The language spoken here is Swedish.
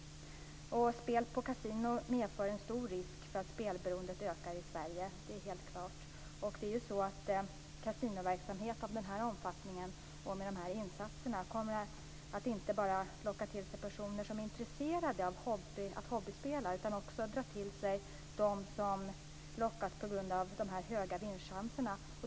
Spel på kasino medför en stor risk för att spelberoendet skall öka i Sverige. Det är helt klart. Kasinoverksamhet av den omfattningen och med de insatserna kommer inte bara att locka till sig personer som är intresserade av hobbyspelande utan också dra till sig de som lockas av de höga vinstchanserna.